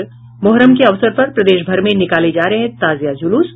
और मुहर्रम के अवसर पर प्रदेशभर में निकाले जा रहे हैं ताजिया जुलूस